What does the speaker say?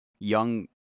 young